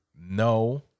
no